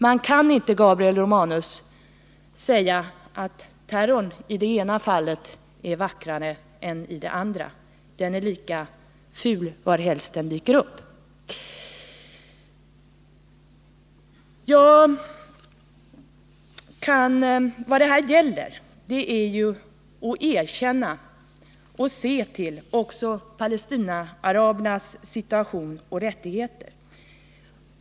Man kan inte, Gabriel Romanus, säga att terrorn i det ena fallet är vackrare än i det andra fallet — den är lika ful varhelst den dyker upp. Vad det här gäller är ju att se till också Palestinaarabernas situation och rättigheter.